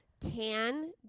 Tan